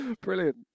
Brilliant